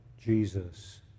Jesus